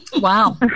Wow